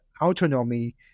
autonomy